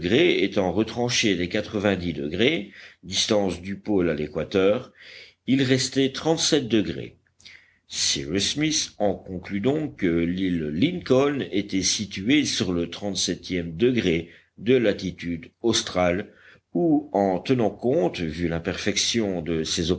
étant retranchés des quatre-vingt-dix degrés distance du pôle à l'équateur il restait trente-sept degrés cyrus smith en conclut donc que l'île lincoln était située sur le trente-septième degré de latitude australe ou en tenant compte vu l'imperfection de